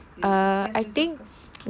uh test results come